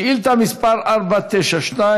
שאילתה מס' 492,